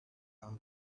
out